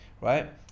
right